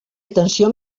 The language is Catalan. atenció